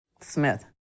Smith